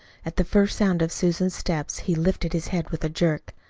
at the first sound of susan's steps he lifted his head with a jerk.